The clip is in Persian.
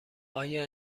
آیا